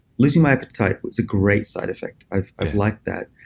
losing my appetite is a great side effect. i've i've liked that.